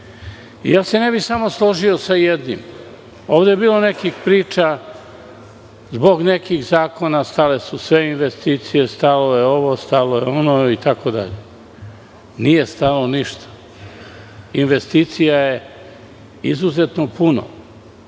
itd. Ne bih se samo složio sa jednim. Ovde je bilo nekih priča zbog nekih zakona stale su sve investicije, stalo je ovo, stalo je ono itd. Nije stalo ništa. Investicija je izuzetno puno.